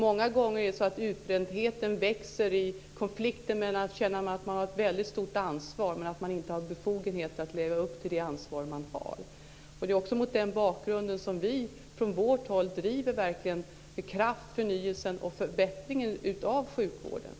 Många gånger växer utbrändhet i konflikten mellan att känna att man har ett stort ansvar och att man inte har befogenheter att leva upp till det ansvaret. Det är också mot den bakgrunden som vi från vårt håll med kraft driver förnyelse och förbättring av sjukvården.